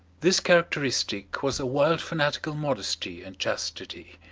this characteristic was a wild fanatical modesty and chastity.